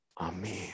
Amen